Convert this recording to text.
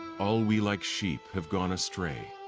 all we, like sheep, have gone astray.